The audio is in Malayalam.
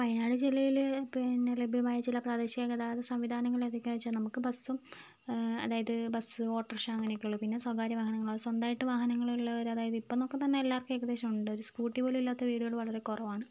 വയനാട് ജില്ലയിലെ പിന്നേ ലഭ്യമായ ചില പ്രാദേശിക ഗതാഗത സംവിധാനങ്ങൾ ഏതൊക്കെയാണെന്ന് വെച്ചാൽ നമുക്ക് ബസ്സും അതായത് ബസ്സ് ഓട്ടോറിക്ഷ അങ്ങനേ ഒക്കെയുള്ളൂ പിന്നേ സ്വകാര്യ വാഹനങ്ങൾ അത് സ്വന്തമായിട്ട് വാഹനങ്ങൾ ഉള്ളവർ അതായത് ഇപ്പോഴെന്നൊക്കേ പറഞ്ഞാൽ എല്ലാവർക്കും തന്നേ സ്വന്തമായിട്ടുണ്ട് ഒരു സ്കൂട്ടി പോലുമില്ലാത്ത വീടുകൾ വളരേ കുറവാണ്